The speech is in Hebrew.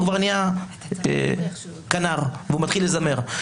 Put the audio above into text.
הוא כבר נהיה כנר והוא מתחיל לזמר.